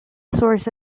source